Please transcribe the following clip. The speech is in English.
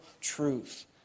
truth